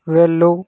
వెళ్ళు